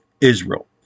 Israel